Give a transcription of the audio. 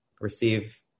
receive